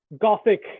Gothic